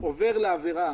עובר לעבירה,